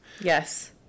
Yes